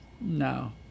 No